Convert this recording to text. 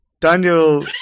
Daniel